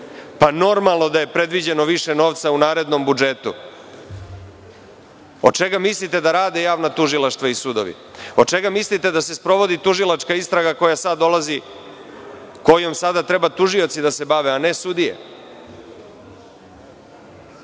Pa, normalno da je predviđeno više novca u narednom budžetu. Od čega mislite da rade javna tužilaštva i sudovi? Od čega mislite da se sprovodi tužilačka istraga kojom sada treba tužioci da se bave, a ne sudije?